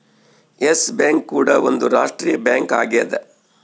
S bank ಕೂಡ ಒಂದ್ ರಾಷ್ಟ್ರೀಯ ಬ್ಯಾಂಕ್ ಆಗ್ಯದ